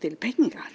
till pengar.